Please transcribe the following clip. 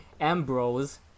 Ambrose